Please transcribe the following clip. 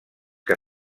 que